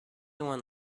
one